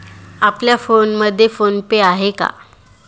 आपल्या फोनमध्ये PhonePe आहे का?